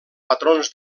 patrons